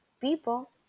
people